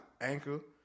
Anchor